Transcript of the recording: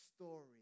story